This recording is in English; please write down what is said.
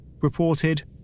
reported